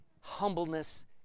humbleness